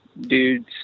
dudes